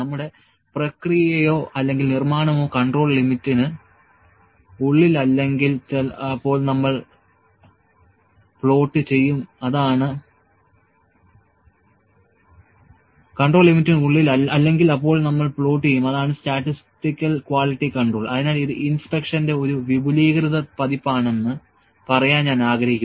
നമ്മുടെ പ്രക്രിയയോ അല്ലെങ്കിൽ നിർമ്മാണമോ കൺട്രോൾ ലിമിറ്റിന് ഉള്ളിൽ അല്ലെങ്കിൽ അപ്പോൾ നമ്മൾ പ്ലോട്ട് ചെയ്യും അതാണ് സ്റ്റാറ്റിസ്റ്റിക്കൽ ക്വാളിറ്റി കൺട്രോൾ അതിനാൽ ഇത് ഇൻസ്പെക്ഷന്റെ ഒരു വിപുലീകൃത പതിപ്പാണെന്ന് പറയാൻ ഞാൻ ആഗ്രഹിക്കുന്നു